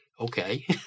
okay